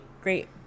great